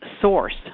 source